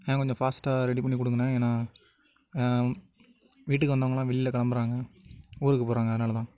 அண்ணே கொஞ்சம் ஃபாஸ்ட்டாக ரெடி பண்ணிக் கொடுங்கண்ண ஏன்னா வீட்டுக்கு வந்தவங்களாம் வெளில கிளம்புறாங்க ஊருக்கு போகிறாங்க அதனால தான்